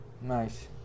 Nice